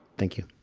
thank you